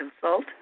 consult